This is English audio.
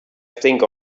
think